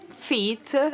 feet